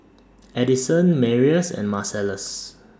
Addyson Marius and Marcellus